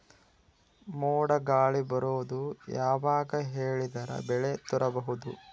ಮೋಡ ಗಾಳಿ ಬರೋದು ಯಾವಾಗ ಹೇಳಿದರ ಬೆಳೆ ತುರಬಹುದು?